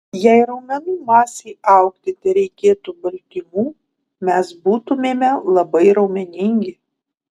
jei raumenų masei augti tereikėtų baltymų mes būtumėme labai raumeningi